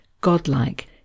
godlike